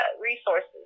resources